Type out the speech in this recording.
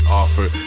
offer